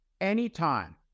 Anytime